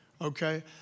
okay